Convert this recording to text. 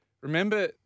remember